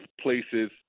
places